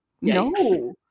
no